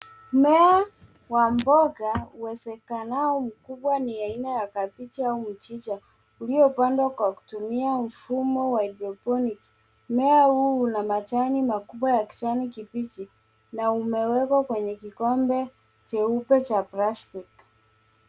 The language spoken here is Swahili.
Mmea wa mboga uwezekanao mkubwa ni aina ya kabeji au mchicha uliopandwa kwa kutumia wa hydrophonics . Mmea huu unamatawi makubwa ya kijani kibichi na umewekwa kwenye kikombe cheupe cha plastick .